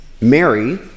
Mary